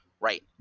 right